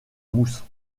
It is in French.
mousse